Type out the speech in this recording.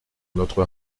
notre